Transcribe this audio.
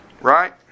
right